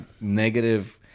negative